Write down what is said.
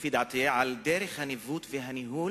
לפי דעתי, על דרך הניווט והניהול